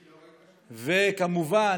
וכמובן,